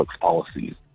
policies